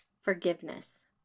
Forgiveness